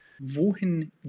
Wohin